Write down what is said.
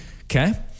Okay